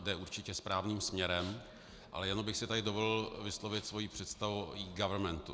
Jde určitě správným směrem, ale jenom bych si tady dovolil vyslovit svoji představu eGovernmentu.